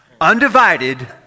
undivided